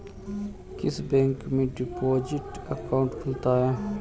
किस बैंक में deposit account खुलता है?